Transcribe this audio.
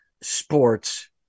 sports